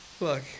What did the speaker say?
look